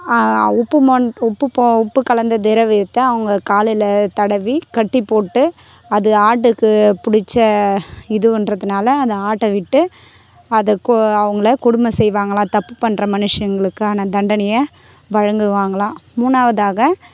உப்பு மொன் உப்பு போ உப்பு கலந்த திரவியத்தைஅவங்க காலில் தடவி கட்டி போட்டு அது ஆட்டுக்கு பிடிச்ச இதுவன்றதுனால அந்த ஆட்டை விட்டு அதை கோ அவங்களை கொடுமை செய்வாங்களாம் தப்பு பண்ணுற மனுஷங்களுக்கான தண்டனையை வழங்கு வாங்களாம் மூணாவதாக